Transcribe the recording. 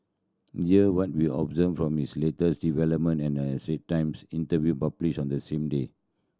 here what we observed from this latest development and a Times interview published on the same day